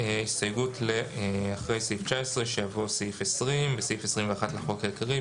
הסתייגות מספר 5 אחרי סעיף 19 שיבוא סעיף 20: "בסעיף 21 לחוק העיקרי,